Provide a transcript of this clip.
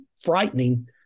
frightening